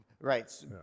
Right